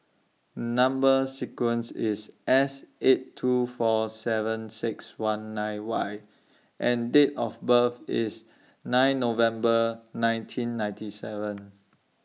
Number sequence IS S eight two four seven six one nine Y and Date of birth IS nine November nineteen ninety seven